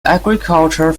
agriculture